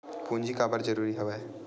पूंजी काबर जरूरी हवय?